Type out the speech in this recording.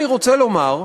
אני רוצה לומר,